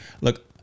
Look